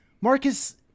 Marcus